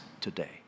today